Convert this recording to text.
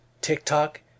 tiktok